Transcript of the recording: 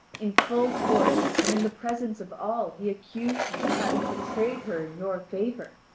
in full court and in the presence of all he accused me of having betrayed her in your favour.